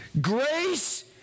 Grace